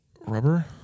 Rubber